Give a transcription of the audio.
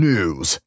News